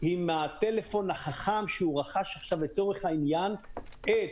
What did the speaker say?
עם הטלפון החכם שהוא רכש עכשיו לצורך העניין את